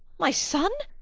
my son!